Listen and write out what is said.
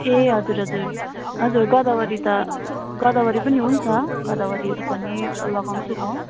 ए हजुर हजुर हजुर गोदावरी त गोदावरी पनि हुन्छ गोदावरीहरू पनि लगाउँछु म